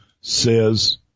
says